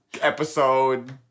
episode